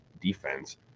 defense